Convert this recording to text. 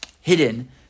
hidden